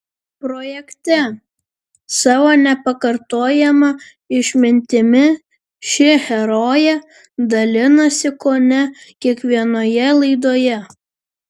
projekte savo nepakartojama išmintimi ši herojė dalinasi kone kiekvienoje laidoje